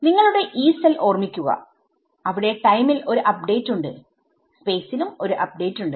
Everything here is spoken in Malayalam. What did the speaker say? നിങ്ങളുടെ Yee സെൽ ഓർമിക്കുക അവിടെ ടൈമിൽ ഒരു അപ്ഡേറ്റ് ഉണ്ട് സ്പേസിലും ഒരു അപ്ഡേറ്റ് ഉണ്ട്